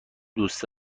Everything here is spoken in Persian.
دوست